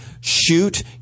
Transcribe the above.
shoot